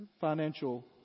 financial